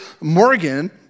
Morgan